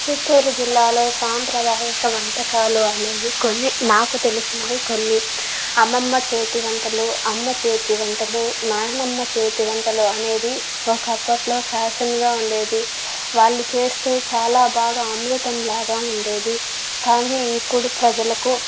చిత్తూరు జిల్లాలో సంప్రదాయక వంటకాలు అనేవి కొన్ని నాకు తెలిసినవి కొన్ని అమ్మమ్మ చేతి వంటలు అమ్మ చేతి వంటలు నాయనమ్మ చేతి వంటలు అనేది ఒకప్పట్లో ఫ్యాషన్ గా ఉండేది వాళ్ళు చేస్తే చాలా బాగా అమృతంలాగ ఉండేది కానీ ఇప్పుడు ప్రజలకు